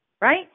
Right